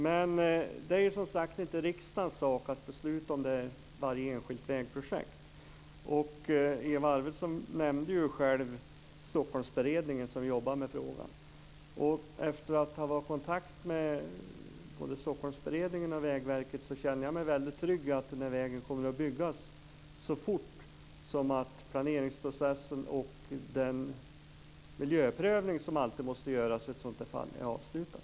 Men det är som sagt inte riksdagens sak att besluta om varje enskilt vägprojekt. Eva Arvidsson nämnde ju själv Stockholmsberedningen, som jobbar med frågan. Efter att ha varit i kontakt med både Stockholmsberedningen och Vägverket känner jag mig väldigt säker på att vägen kommer att byggas så fort planeringsprocessen och den miljöprövning som alltid måste göras i ett sådant här fall är avslutad.